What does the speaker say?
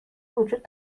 وجود